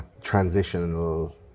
transitional